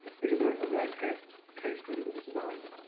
this is a ah rare case case study that survives.